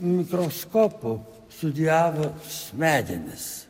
mikroskopu studijavo smegenis